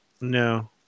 No